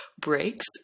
breaks